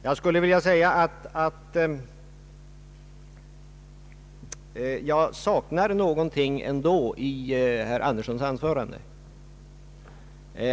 Jag saknar ändå någonting i herr Birger Anderssons anförande.